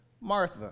Martha